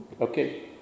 Okay